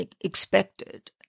expected